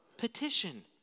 petition